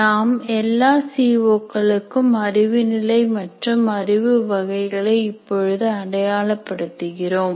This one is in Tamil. நாம் எல்லா சி ஓ க்களுக்கும் அறிவு நிலை மற்றும் அறிவு வகைகளை இப்பொழுது அடையாள படுத்துகிறோம்